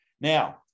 Now